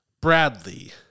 Bradley